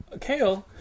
Kale